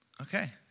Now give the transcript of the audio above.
Okay